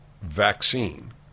vaccine